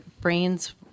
brains